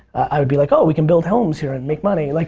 i would be like, oh, we could build homes here and make money. like